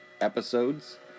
episodes